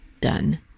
done